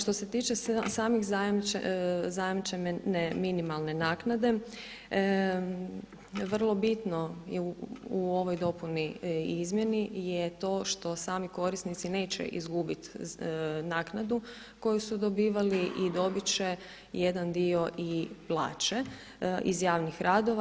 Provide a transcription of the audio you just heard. Što se tiče same zajamčene minimalne naknade, vrlo bitno u ovoj dopuni i izmjeni je to što sami korisnici neće izgubiti naknadu koju su dobivali i dobit će jedan dio i plaće iz javnih radova.